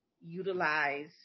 utilize